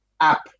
app